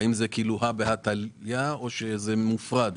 האם זה הא בהא תליא או שזה מופרד?